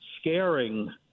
scaring